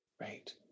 Right